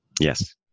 Yes